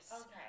Okay